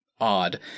odd